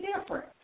different